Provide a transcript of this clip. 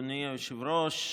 אדוני היושב-ראש,